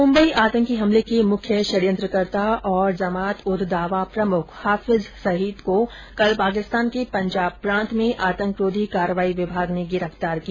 मुम्बई आतंकी हमले के मुख्य षडयंत्रकर्ता और जमात उद दावा प्रमुख हाफिज सईद को कल पांकिस्तान के पंजाब प्रांत में आतंकरोधी कार्रवाई विभाग ने गिरफ्तार किया